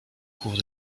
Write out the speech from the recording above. cours